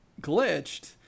glitched